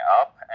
up